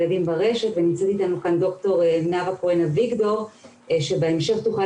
נמצאת איתנו כאן ד"ר נאוה כהן אביגדור שבהמשך תוכל